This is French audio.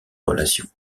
relation